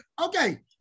Okay